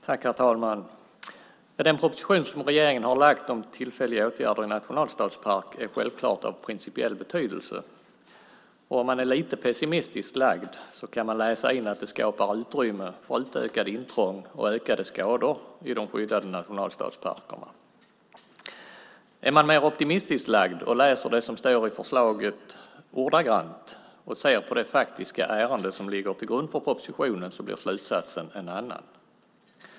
Herr talman! Den proposition som regeringen har lagt fram, Tillfälliga åtgärder i en nationalstadspark , är självklart av principiell betydelse. Om man är lite pessimistiskt lagd kan man läsa in att det skapar utrymme för utökade intrång och ökade skador i de skyddade nationalstadsparkerna. Är man mer optimistiskt lagd, läser det som står i förslaget ordagrant och ser på det faktiska ärende som ligger till grund för propositionen blir slutsatsen en annan.